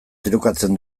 tirokatzen